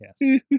Yes